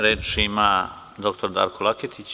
Reč ima dr Darko Laketić.